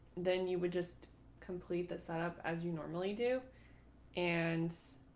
then you would just complete the setup, as you normally do and.